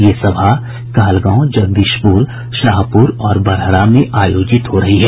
ये सभा कहलगांव जगदीशपुर शाहपुर और बड़हरा में आयोजित हो रही है